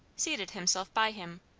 seated himself by him,